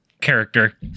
character